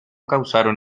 causaron